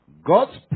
God's